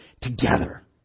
together